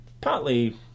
partly